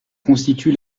constitue